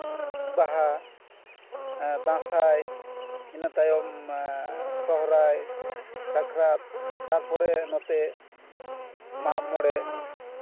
ᱵᱟᱦᱟ ᱫᱟᱸᱥᱟᱭ ᱤᱱᱟᱹ ᱛᱟᱭᱚᱢ ᱥᱚᱨᱦᱟᱭ ᱥᱟᱠᱨᱟᱛ ᱛᱟᱨᱯᱚᱨᱮ ᱱᱚᱛᱮ ᱢᱟᱜ ᱢᱚᱬᱮ